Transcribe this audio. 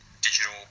digital